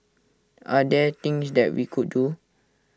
are there things that we could do